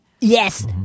Yes